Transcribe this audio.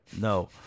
No